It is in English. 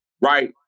right